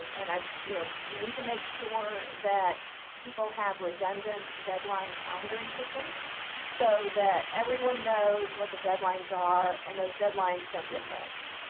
um and um you know we need to make sure that people have redundant deadline calendaring systems so that everyone knows what the deadlines are and those deadlines don't get missed.